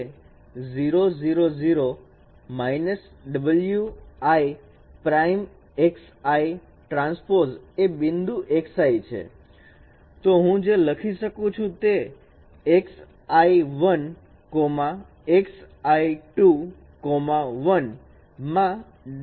તે 0 0 0 w i prime X i transpose એ બિંદુ X i છે તો હું જે લખી શકું છું તે મા